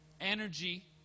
energy